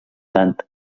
dant